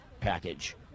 package